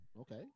Okay